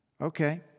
Okay